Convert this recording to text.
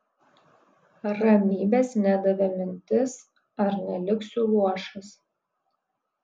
ramybės nedavė mintis ar neliksiu luošas